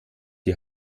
die